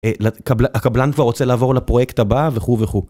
הקבלן כבר רוצה לעבור לפרויקט הבא, וכו וכו.